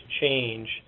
change